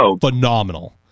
phenomenal